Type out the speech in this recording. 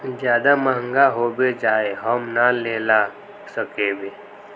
ज्यादा महंगा होबे जाए हम ना लेला सकेबे?